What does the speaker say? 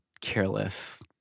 careless